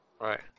Right